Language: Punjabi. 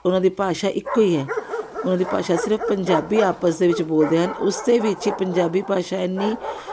ਉਹਨਾਂ ਦੀ ਭਾਸ਼ਾ ਇੱਕੋ ਹੀ ਹੈ ਉਹਨਾਂ ਦੀ ਭਾਸ਼ਾ ਸਿਰਫ਼ ਪੰਜਾਬੀ ਆਪਸ ਦੇ ਵਿੱਚ ਬੋਲਦੇ ਹਨ ਉਸ ਦੇ ਵਿੱਚ ਹੀ ਪੰਜਾਬੀ ਭਾਸ਼ਾ ਇੰਨੀ